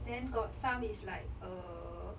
then got some is like uh